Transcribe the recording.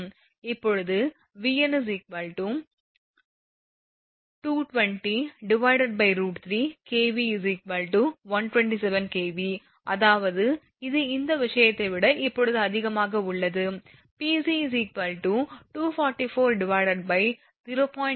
இப்போது Vn 220 √3kV 127 kV அதாவது இது இந்த விஷயத்தை விட இப்போது அதிகமாக உள்ளது Pc 244 0